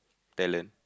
talent